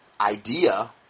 idea